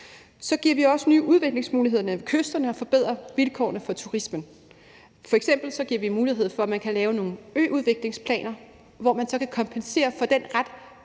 Så giver vi også nye udviklingsmuligheder ved kysterne og forbedrer vilkårene for turisme. F.eks. giver vi mulighed for, at man kan lave nogle øudviklingsplaner, hvor man så kan kompensere for den ret restriktive